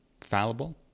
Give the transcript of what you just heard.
fallible